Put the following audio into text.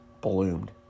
bloomed